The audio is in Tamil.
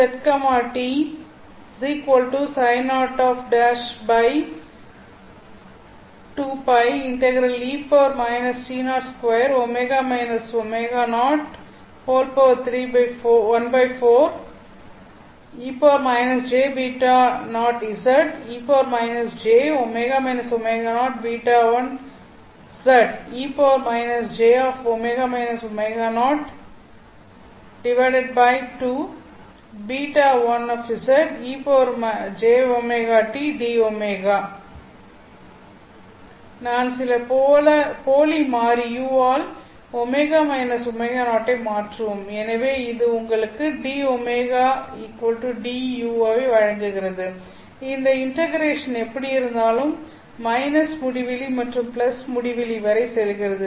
நாம் சில போலி மாறி u ஆல் ω ω0 ஐ மாற்றுவோம் எனவே இது உங்களுக்கு dωdu ஐ வழங்குகிறது இந்த இண்டெகரேஷன் எப்படியிருந்தாலும் முடிவிலி மற்றும் முடிவிலி வரை செல்கிறது